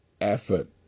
effort